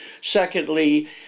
Secondly